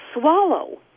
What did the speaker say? swallow